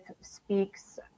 speaks